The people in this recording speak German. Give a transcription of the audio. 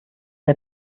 der